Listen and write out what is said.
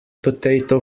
potato